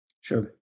Sure